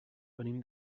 venim